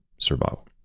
survival